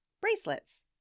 Bracelets